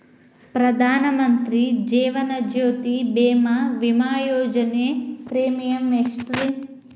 ಪ್ರಧಾನ ಮಂತ್ರಿ ಜೇವನ ಜ್ಯೋತಿ ಭೇಮಾ, ವಿಮಾ ಯೋಜನೆ ಪ್ರೇಮಿಯಂ ಎಷ್ಟ್ರಿ?